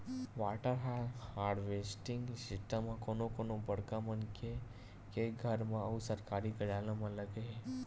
water harvesting system ह कोनो कोनो बड़का मनखे के घर म अउ सरकारी कारयालय म लगे हे